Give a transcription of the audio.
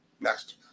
next